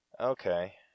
Okay